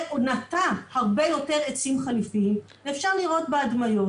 ונטע הרבה יותר עצים חליפיים ואפשר לראות בהדמיות